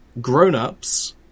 grown-ups